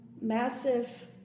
massive